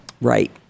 Right